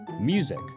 Music